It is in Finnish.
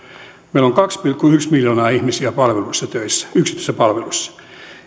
meillä on kaksi pilkku yksi miljoonaa ihmistä palveluissa töissä yksityisissä palveluissa